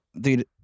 Dude